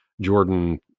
Jordan